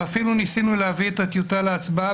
ואפילו ניסינו להביא את הטיוטה להצבעה